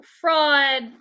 fraud